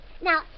Now